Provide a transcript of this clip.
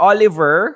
Oliver